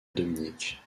dominique